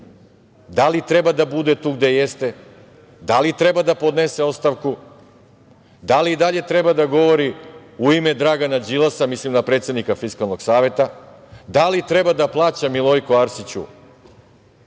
da li treba da bude tu gde jeste, da li treba da podnese ostavku, da li i dalje treba da govori u ime Dragana Đilasa, mislim na predsednika Fiskalnog saveta, da li treba da plaća Milojko, Arsiću,